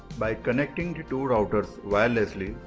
by connecting the two routers wirelessly,